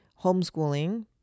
homeschooling